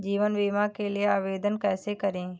जीवन बीमा के लिए आवेदन कैसे करें?